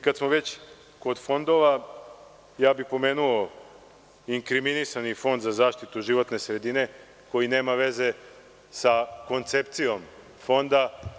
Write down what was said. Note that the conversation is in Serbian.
Kada smo već kod fondova, pomenuo bih inkriminisani Fond za zaštitu životne sredine koji nema veze sa koncepcijom Fonda.